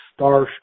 starstruck